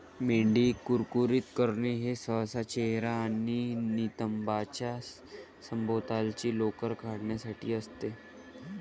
मेंढी कुरकुरीत करणे हे सहसा चेहरा आणि नितंबांच्या सभोवतालची लोकर काढण्यासाठी असते